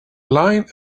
line